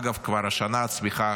אגב, כבר השנה הצמיחה